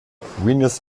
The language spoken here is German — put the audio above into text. venus